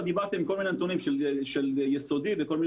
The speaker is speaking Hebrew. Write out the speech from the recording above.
דיברתם על כל מיני נתונים של יסודי וכו'.